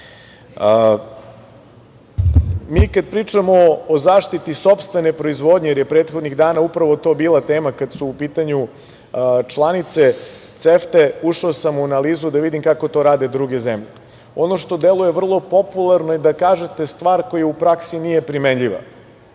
kada pričamo o zaštiti sopstvene proizvodnje, jer je prethodnih dana upravo to bila tema, kada su u pitanju članice CEFTA, ušao sam u analizu kako to rade druge zemlje. Ono što deluje vrlo popularno je, da kažete stvar koja u praksi nije primenljiva.